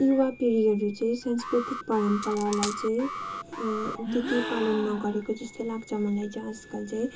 युवा पिँढीहरू चाहिँ सांस्कृतिक परम्परालाई चाहिँ त्यति पालन नगरेको जस्तै लाग्छ मलाई चाहिँ आजकल चाहिँ